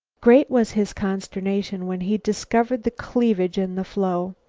great was his consternation when he discovered the cleavage in the floe.